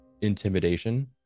intimidation